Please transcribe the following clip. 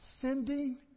Sending